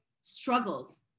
struggles